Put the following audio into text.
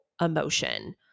emotion